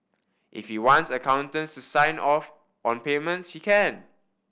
if he wants accountants to sign off on payments he can